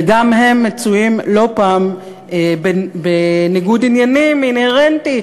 וגם הם מצויים לא פעם בניגוד עניינים אינהרנטי.